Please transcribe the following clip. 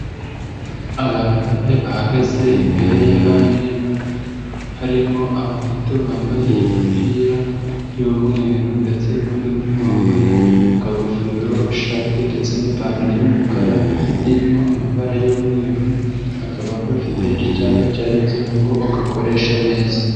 Abantu bane bahagaze imbere y'abandi bantu harimo batatu bambaye imipira y'mweru ndetse n'undi umwe wambaye akagofero ishati ndetse n'ipantaro y'umukara irimo amabara y'umweru, bakaba bafite icyapa cyanditseho ngo ugakoreshe neza.